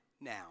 now